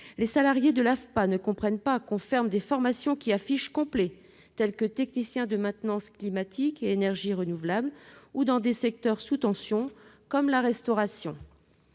Les salariés de l'AFPA ne comprennent pas que l'on ferme des formations qui affichent complet, telles que la formation de technicien de maintenance climatique et énergies renouvelables ou certaines formations dans des secteurs sous tension comme la restauration.